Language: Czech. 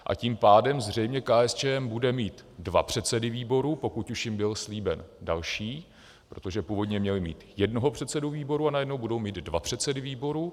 A tím pádem zřejmě KSČM bude mít dva předsedy výboru, pokud už jim byl slíben další, protože původně měli mít jednoho předsedu výboru, a najednou budou mít dva předsedy výboru.